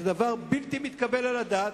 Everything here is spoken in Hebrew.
זה דבר בלתי מתקבל על הדעת,